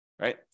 right